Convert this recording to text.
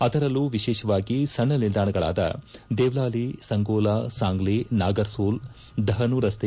ಅದರಲ್ಲೂ ವಿಶೇಷವಾಗಿ ಸಣ್ಣ ನಿಲ್ದಾಣಗಳಾದ ದೇವ್ಲಾಲಿ ಸಂಗೋಲ ಸಾಂಗ್ಲಿ ನಾಗರ್ಸೋಲ್ ಧಹನು ರಸ್ತೆ